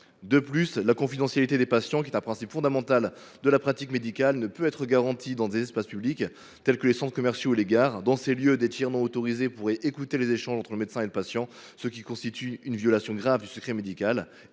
De plus, la confidentialité des patients, qui est un principe fondamental de la pratique médicale, ne peut être garantie dans des espaces publics tels que les centres commerciaux et les gares. Dans ces lieux, des tiers non autorisés pourraient écouter les échanges entre le médecin et le patient, ce qui constitue une violation grave du secret médical.